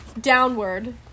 downward